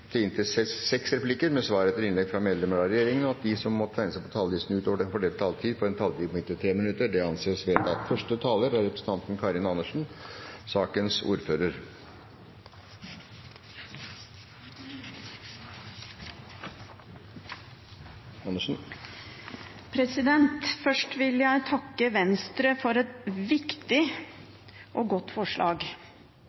til inntil seks replikker med svar etter innlegg fra medlemmer av regjeringen, og at de som måtte tegne seg på talerlisten utover den fordelte taletid, får en taletid på inntil 3 minutter. – Det anses vedtatt. Først vil jeg takke Venstre for et viktig